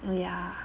oh ya